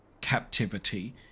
captivity